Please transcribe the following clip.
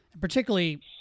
particularly